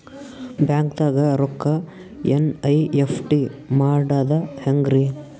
ಬ್ಯಾಂಕ್ದಾಗ ರೊಕ್ಕ ಎನ್.ಇ.ಎಫ್.ಟಿ ಮಾಡದ ಹೆಂಗ್ರಿ?